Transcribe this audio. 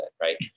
right